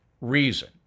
reason